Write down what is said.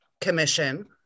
commission